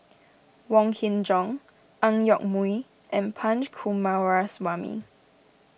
Wong Kin Jong Ang Yoke Mooi and Punch Coomaraswamy